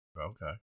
Okay